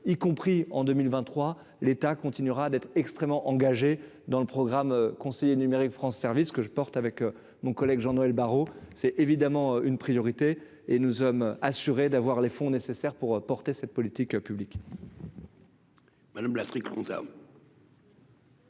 y compris en 2023, l'État continuera d'être extrêmement engagé dans le programme conseiller numérique France service que je porte avec mon collègue Jean-Noël Barrot, c'est évidemment une priorité et nous sommes assurés d'avoir les fonds nécessaires pour porter cette politique publique. Madame l'Afrique